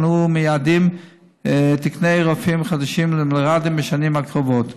אנו מייעדים תקני רופאים חדשים למלר"דים בשנים הקרובות,